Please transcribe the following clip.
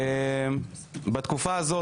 בתקופה הזאת,